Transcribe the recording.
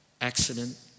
accident